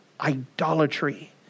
idolatry